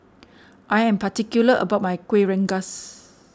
I am particular about my Kueh Rengas